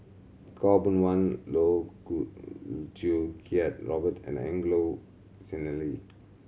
Khaw Boon Wan Loh Choo Kiat Robert and Angelo Sanelli